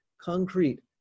Concrete